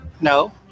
no